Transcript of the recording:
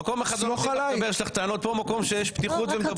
במקום שלא נ תנים לך לדבר יש לך טענות אבל כאן יש לך יש פתיחות ומדברים.